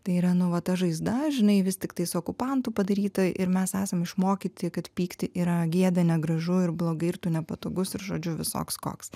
tai yra nu va ta žaizda žinai vis tiktais okupantų padaryta ir mes esam išmokyti kad pykti yra gėda negražu ir blogai ir tu nepatogus ir žodžiu visoks koks